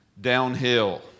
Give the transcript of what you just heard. downhill